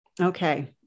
Okay